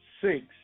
six